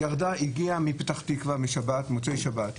הגיעה מפתח תקוה משבת, במוצאי שבת.